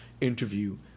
interview